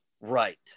Right